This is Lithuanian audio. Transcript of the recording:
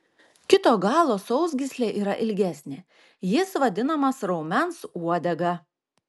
kito galo sausgyslė yra ilgesnė jis vadinamas raumens uodega